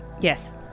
Yes